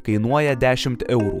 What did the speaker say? kainuoja dešimt eurų